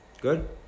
Good